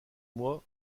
mois